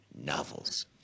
novels